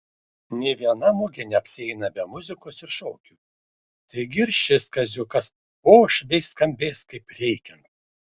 nė viena mugė neapsieina be muzikos ir šokių taigi ir šis kaziukas oš bei skambės kaip reikiant